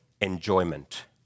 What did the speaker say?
enjoyment